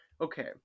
okay